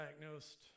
diagnosed